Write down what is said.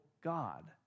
God